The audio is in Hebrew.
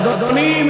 אדוני,